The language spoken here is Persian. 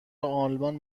آلمان